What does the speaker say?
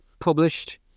published